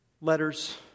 letters